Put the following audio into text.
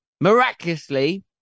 Miraculously